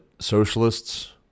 socialists